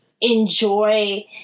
enjoy